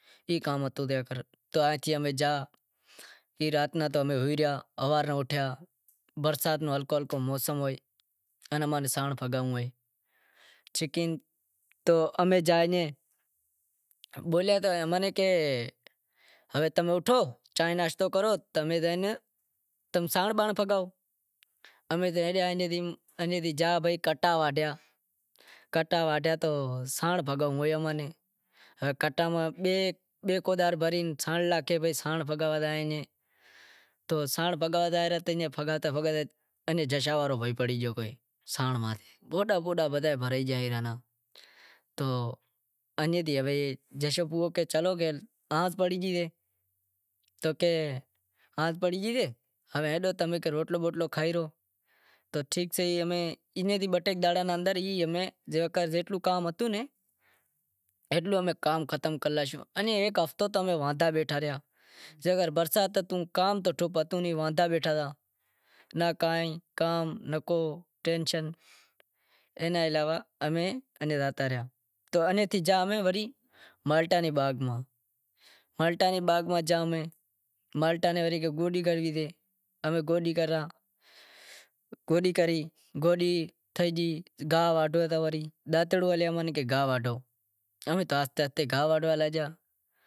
ای کام ہتو جیوو کر رات رو امیں ہوئی ریا ہوارے نوں اوٹھیا برسات نو ہلکو ہلکو موسم ہوئے امیں سانڑ پھگانڑو اے تو امیں جائے بولیا تا تو اماں نیں کہے ہوے تمیں اوٹھو چانہیں ناشتو کرو پسے سانڑ بانڑ پھگائو، امیں جے آیا تو جاں بھائی کنٹا واڈھیا ، کنٹا واڈھیا تو سانڑ پھگایو کنٹا ماں بے ہزار بھری سانڑ ناکھے سانڑ پھگائے پسے تو سانڑ پھگاتا ایئں جشا واڑو پڑی گیو کوئی، تو ایئں تھی کہ رات پڑی گئی سے تو کہے رات پڑی گئی سے کہ ہلو تمیں روٹلو بوٹلو کھائی رو تو ٹھیک سے امیں ای بہ ٹے سہاڑاں نیں اندر جیوو کر زیتلو کام ہتو ایتلو امیں کام ختم کری لاشو انیں ایک ہفتو تو امیں واندا بیٹھا ریا جیووکر برسات ہتی کام تو ہتو نیں واندا بیٹھا ہتا کام نکو ٹینشن اینا علاوہ امیں زاتا ریا اینے تھی وری مالٹا نی باغ نوں مالٹا نی باغ نو زاں امیں مالٹا نیں وری گڈ کاڈنڑی شے تو امیں گوڈی کراں گوڈی تھے گئی گاہ واڈھوو تو ڈانترو لئی امیں کہے گاہ واڈہو تو آہستے آہستے امیں گاہ واڈھیو۔